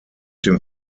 dem